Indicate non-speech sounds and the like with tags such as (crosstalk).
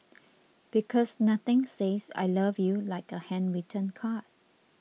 (noise) because nothing says I love you like a handwritten card